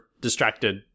distracted